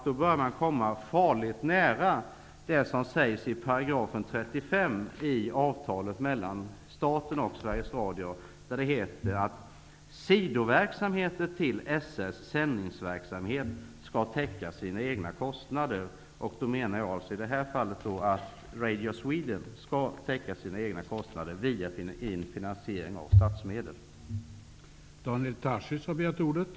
Då börjar man komma farligt nära det som sägs i § 35 i avtalet mellan staten och Sveriges radio, där det heter: ''Sidoverksamheter till SR:s sändningsverksamhet skall täcka sina egna kostnader''. Jag menar att Radio Sweden i det här fallet skall täcka sina egna kostnader och att det skall finansieras med statsmedel.